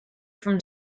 from